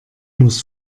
muss